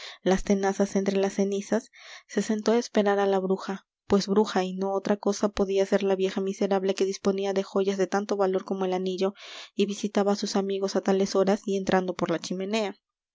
las tenazas entre las cenizas se sentó á esperar á la bruja pues bruja y no otra cosa podía ser la vieja miserable que disponía de joyas de tanto valor como el anillo y visitaba á sus amigos á tales horas y entrando por la chimenea